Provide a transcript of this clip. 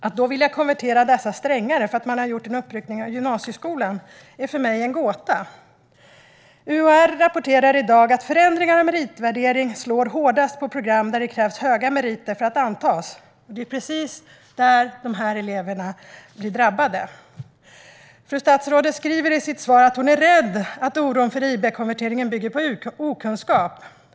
Att man då vill konvertera dem strängare för att man har gjort en uppryckning av gymnasieskolan är för mig en gåta. UHR rapporterar i dag att förändringar av meritvärdering slår hårdast på program där det krävs höga meritpoäng för att antas. Det är precis där dessa elever drabbas. Fru statsrådet säger i sitt svar att hon är rädd att oron för IB-konverteringen bygger på okunskap.